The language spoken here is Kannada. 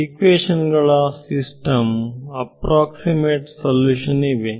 ಇಕ್ವೇಶನ್ ಗಳ ಸಿಸ್ಟಮ್ ಅಪ್ರಾಕ್ಸಿಮೇಟ್ ಸಲ್ಯೂಷನ್ ಇವೆ